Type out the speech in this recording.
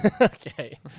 Okay